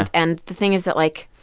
and the thing is that like